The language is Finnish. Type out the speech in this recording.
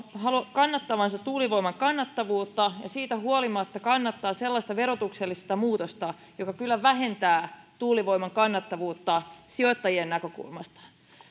kannattavansa tuulivoiman kannattavuutta ja siitä huolimatta kannattavat sellaista verotuksellista muutosta joka kyllä vähentää tuulivoiman kannattavuutta sijoittajien näkökulmasta